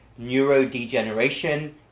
neurodegeneration